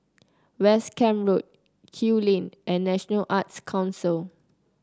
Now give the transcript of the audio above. West Camp Road Kew Lane and National Arts Council